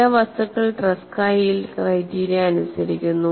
ചില വസ്തുക്കൾ Tresca yield criteria അനുസരിക്കുന്നു